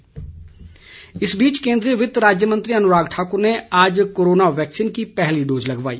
अनुराग ठाकुर इस बीच केन्द्रीय वित्त राज्य मंत्री अनुराग ठाकुर ने आज कोरोना वैक्सीन की पहली डोज लगवाई